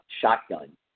shotgun